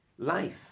Life